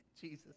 Jesus